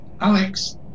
Alex